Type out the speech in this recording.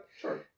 Sure